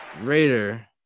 Raider